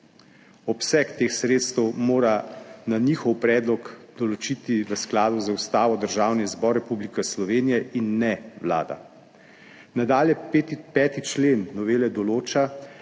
Obseg teh sredstev mora na njihov predlog določiti v skladu z ustavo Državni zbor Republike Slovenije in ne Vlada. Nadalje, 5. člen novele določa,